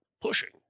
pushing